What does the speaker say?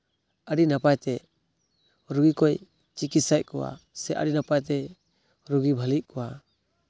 ᱟᱹᱰᱤ ᱱᱟᱯᱟᱭᱛᱮ ᱨᱩᱣᱟᱹ ᱠᱚᱭ ᱪᱤᱠᱤᱛᱥᱟᱭᱮᱫ ᱠᱚᱣᱟ ᱥᱮ ᱟᱹᱰᱤ ᱱᱟᱯᱟᱭᱛᱮ ᱨᱩᱜᱤ ᱵᱷᱟᱹᱞᱤᱭᱮᱫ ᱠᱚᱣᱟ